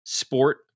sport